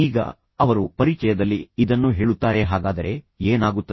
ಈಗ ಅವರು ಪರಿಚಯದಲ್ಲಿ ಇದನ್ನು ಹೇಳುತ್ತಾರೆ ಹಾಗಾದರೆ ಏನಾಗುತ್ತದೆ